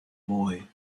boy